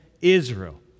Israel